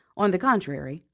on the contrary,